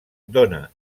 dóna